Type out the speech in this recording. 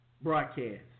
broadcast